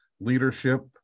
leadership